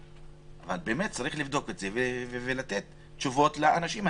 אלא צריך לבדוק את המקרים באמת ולתת תשובות לאנשים.